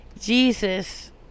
Jesus